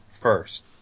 first